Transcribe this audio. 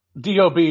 DOB